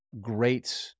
great